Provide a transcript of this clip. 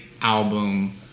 album